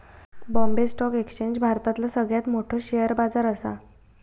Bombay stock exchange भारतातला सगळ्यात मोठो शेअर बाजार असा